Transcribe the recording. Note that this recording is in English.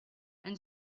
and